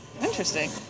Interesting